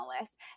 list